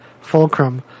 fulcrum